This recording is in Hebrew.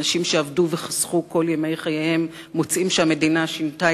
אנשים שעבדו וחסכו כל ימי חייהם מוצאים שהמדינה שינתה